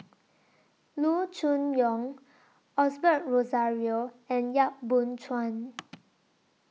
Loo Choon Yong Osbert Rozario and Yap Boon Chuan